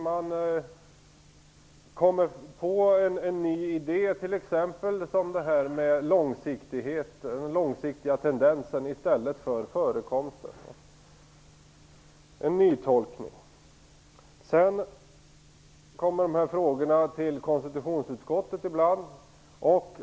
Man kommer på en ny idé såsom det här med den långsiktiga tendensen i stället för att se till förekomsten. Sedan kommer dessa frågor till konstitutionsutskottet.